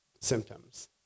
symptoms